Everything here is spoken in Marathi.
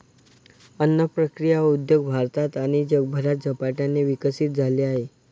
अन्न प्रक्रिया उद्योग भारतात आणि जगभरात झपाट्याने विकसित झाला आहे